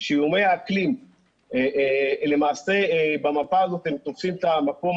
שאיומי האקלים למעשה במפה הזאת תופסים את המקום